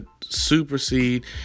supersede